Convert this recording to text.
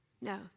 No